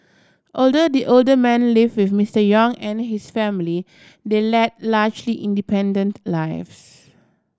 although the older man live with Mister Yong and his family they led largely independent lives